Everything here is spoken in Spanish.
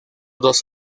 dos